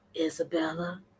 Isabella